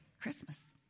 Christmas